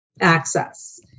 access